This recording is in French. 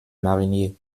mariniers